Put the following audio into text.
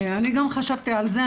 אני גם חשבתי על זה,